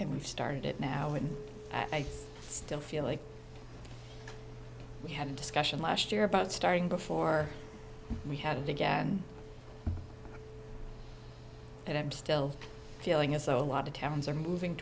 and we've started it now and i've still feel like we had a discussion last year about starting before we had again and i'm still feeling as though a lot of towns are moving